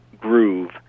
groove